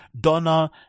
Donna